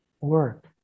work